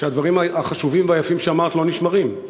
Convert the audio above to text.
שהדברים החשובים והיפים שאמרת לא נשמרים,